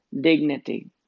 dignity